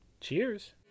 Cheers